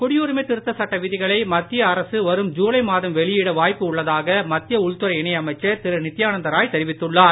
குடியுரிமைதிருத்தச்சட்டவிதிகளைமத்தியஅரசுவரும்ஜூலைமாதம் வெளியிடவாய்ப்புஉள்ளதாகமத்தியஉள்துறைஇணைஅமைச்சர்திருநித்தி யானந்தராய்தெரிவித்துள்ளார்